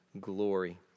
glory